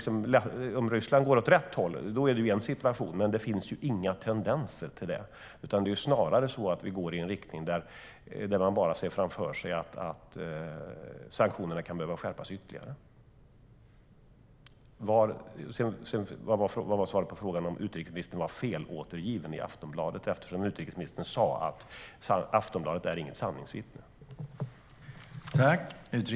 Om Ryssland går åt rätt håll är det en situation, men det finns inga tendenser till det. Det är snarare så att sanktionerna behöver skärpas ytterligare.